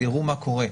תראו מה קורה.